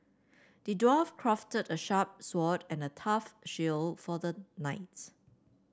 the dwarf crafted a sharp sword and a tough shield for the knight